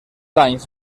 anys